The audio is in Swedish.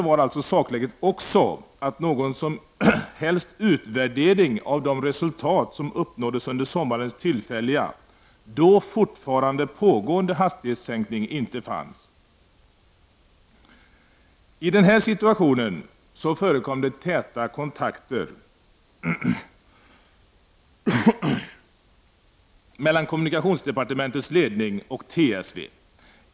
Sakläget var också att någon som helst utvärdering av de resultat som uppnåddes under sommarens tillfälliga då fortfarande pågående hastighetssänkning inte fanns. I den här situationen förekom det täta kontakter mellan kommunikationsdepartementets ledning och TSV.